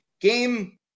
Game